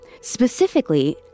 Specifically